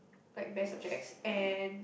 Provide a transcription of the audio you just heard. like best subjects and